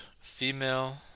female